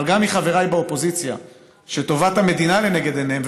אבל גם מחבריי באופוזיציה שטובת המדינה לנגד עיניהם,